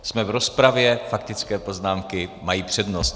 Jsme v rozpravě, faktické poznámky mají přednost.